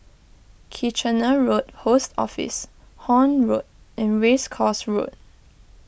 Kitchener Road Post Office Horne Road and Race Course Road